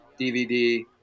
DVD